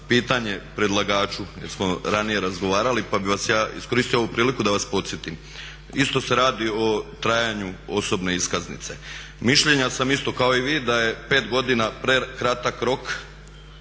pitanje predlagaču jer smo ranije razgovarali pa bih ja iskoristio ovu priliku da vas podsjetim. Isto se radi o trajanju osobne iskaznice. Mišljenja sam, isto kao i vi, da je pet godina prekratak rok